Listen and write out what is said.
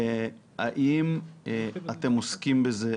האם אתם עוסקים בזה?